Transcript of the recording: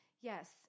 Yes